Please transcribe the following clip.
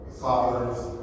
fathers